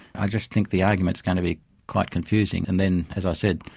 i just think the argument is going to be quite confusing. and then, as i said,